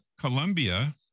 Colombia